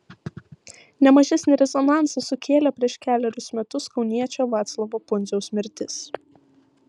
ne mažesnį rezonansą sukėlė prieš kelerius metus kauniečio vaclovo pundziaus mirtis